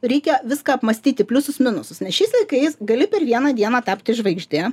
reikia viską apmąstyti pliusus minusus nes šiais laikais gali per vieną dieną tapti žvaigžde